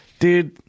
Dude